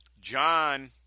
John